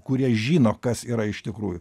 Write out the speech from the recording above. kurie žino kas yra iš tikrųjų